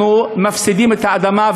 אנחנו מפסידים את האדמה,